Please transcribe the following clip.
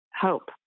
hope